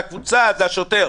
זה השוטר.